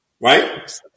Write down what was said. Right